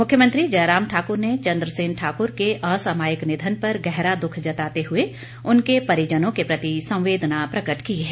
मुख्यमंत्री जयराम ठाकुर ने चंद्र सेन ठाकुर के असामायिक निधन पर गहरा दुख जताते हुए उनके परिजनों के प्रति संवेदना प्रकट की है